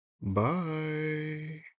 Bye